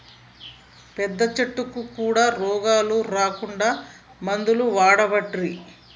పెద్ద చెట్లకు కూడా రోగాలు రాకుండా మందులు వాడబట్టిరి